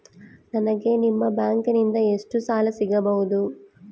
ನನಗ ನಿಮ್ಮ ಬ್ಯಾಂಕಿನಿಂದ ಎಷ್ಟು ಸಾಲ ಸಿಗಬಹುದು?